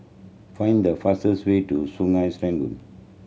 find the fastest way to Sungei Serangoon